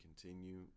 continue